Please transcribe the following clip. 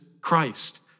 Christ